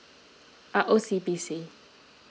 uh O_C_B_C